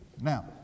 Now